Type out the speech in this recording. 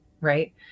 right